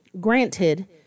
granted